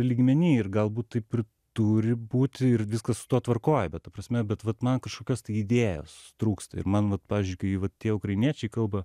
lygmeny ir galbūt taip ir turi būti ir viskas su tuo tvarkoj bet ta prasme bet vat man kažkokios idėjos trūksta ir man vat pavyzdžiui kai vat tie ukrainiečiai kalba